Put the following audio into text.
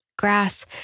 grass